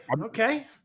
okay